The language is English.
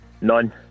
None